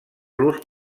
los